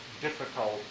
difficult